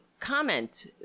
comment